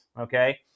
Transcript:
okay